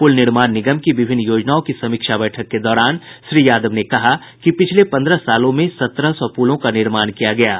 pool निर्माण निगम की विभिन्न योजनाओं की समीक्षा बैठक के दौरान श्री यादव ने कहा कि पिछले पंद्रह सालों में सत्रह सौ पुलों का निर्माण किया गया है